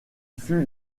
fut